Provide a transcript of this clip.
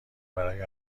برای